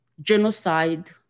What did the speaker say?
genocide